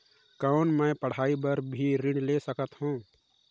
कौन मै पढ़ाई बर भी ऋण ले सकत हो?